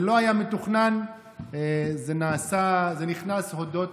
זה לא היה מתוכנן, זה נכנס הודות